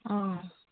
ꯑꯥ